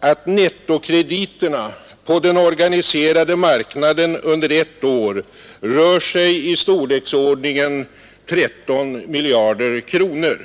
att nettokrediterna på den organiserade marknaden under ett år är i storleksordningen 13 miljarder kronor.